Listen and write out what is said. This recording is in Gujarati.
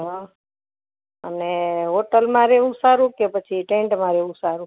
હ અને હોટલમાં રેવું સારું કે પછી ટેન્ટમાં રેવું સારું